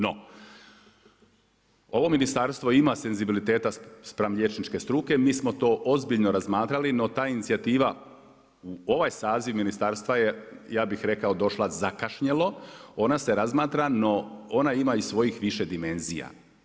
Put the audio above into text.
No, ovo ministarstvo ima senzibiliteta spram liječničke struke, mi smo to ozbiljno razmatrali no ta inicijativa u ovaj saziv ministarstva je ja bih rekao došla zakašnjelo, ona se razmatra no ona ima i svojih više dimenzija.